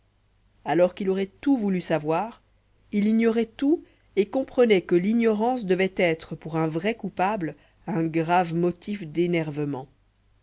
alors qu'il aurait tout voulu savoir il ignorait tout et comprenait que l'ignorance devait être pour un vrai coupable un grave motif d'énervement